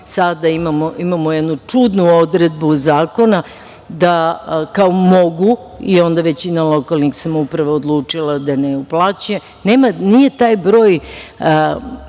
imamo jednu čudnu odredbu zakona, da kao mogu i onda većina lokalnih samouprava je završila da ne uplaćuje i nije taj broj